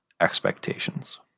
expectations